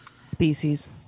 Species